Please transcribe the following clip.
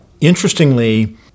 interestingly